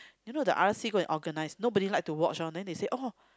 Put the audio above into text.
you know the R_C go and organize nobody like to watch loh then they say oh